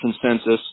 consensus